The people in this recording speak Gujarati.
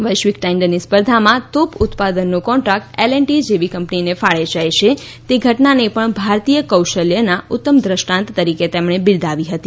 વૈશ્વિક ટેન્ડરની સ્પર્ધામા તોપ ઉત્પાદનનો કોન્ટ્રાક્ટ એલ એન્ડ ટી જેવી કંપનીને ફાળે જાય તે ઘટનાને પણ ભારતીય કૌશલ્યના ઉત્તમ દ્રષ્ટાંત તરીકે તેમણે બિરદાવી હતી